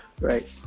right